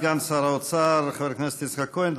סגן שר האוצר חבר הכנסת יצחק כהן,